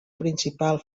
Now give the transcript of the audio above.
principal